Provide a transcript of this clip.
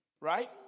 Right